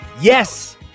Yes